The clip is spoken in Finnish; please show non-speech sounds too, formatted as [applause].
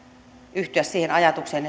yhtyä siihen ajatukseen [unintelligible]